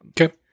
okay